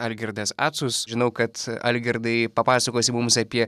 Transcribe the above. algirdas acus žinau kad algirdai papasakosi mums apie